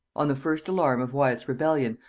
on the first alarm of wyat's rebellion,